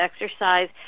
exercise